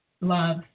love